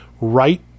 right